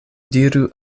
diru